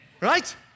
right